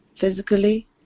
physically